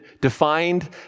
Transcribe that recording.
defined